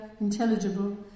intelligible